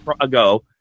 ago